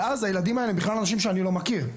ואז הילדים האלה הם בכלל אנשים שאני לא מכיר.